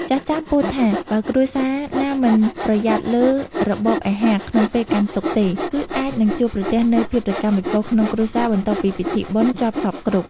ចាស់ៗពោលថាបើគ្រួសារណាមិនប្រយ័ត្នលើរបបអាហារក្នុងពេលកាន់ទុក្ខទេ គឺអាចនឹងជួបប្រទះនូវភាពរកាំរកូសក្នុងគ្រួសារបន្ទាប់ពីពិធីបុណ្យចប់សព្វគ្រប់។